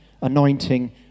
anointing